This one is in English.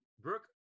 Brooke